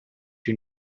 you